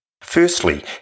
Firstly